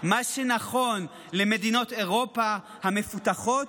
היא אומרת: מה שנכון למדינות אירופה המפותחות,